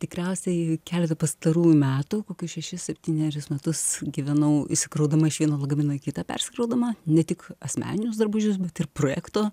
tikriausiai keletą pastarųjų metų kokius šešis septynerius metus gyvenau išsikraudama iš vieno lagamino į kitą persikraudama ne tik asmeninius drabužius bet ir projekto